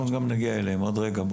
אנחנו גם נגיע אליהם, עוד רגע.